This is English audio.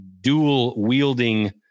dual-wielding